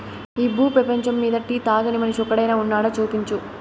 ఈ భూ పేపంచమ్మీద టీ తాగని మనిషి ఒక్కడైనా వున్నాడా, చూపించు